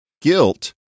guilt